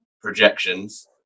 projections